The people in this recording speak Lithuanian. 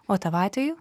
o tavo atveju